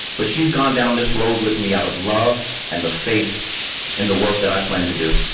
but she's gone down this road with me out of love and the faith in the work that i plan to do.